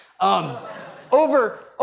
over